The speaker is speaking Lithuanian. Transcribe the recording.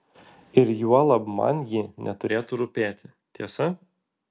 ir juolab man ji neturėtų rūpėti tiesa